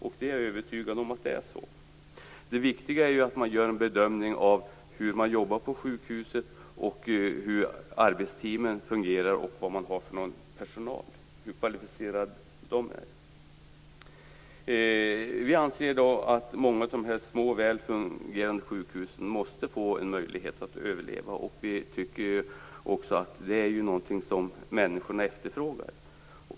Jag är övertygad om att det är så. Det viktiga är ju att man gör en bedömning av hur man jobbar på sjukhuset, hur arbetsteamen fungerar och hur kvalificerad personalen är. Vi anser att många av de små väl fungerande sjukhusen måste få en möjlighet att överleva. Det är också något som människorna efterfrågar.